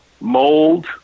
mold